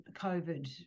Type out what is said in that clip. COVID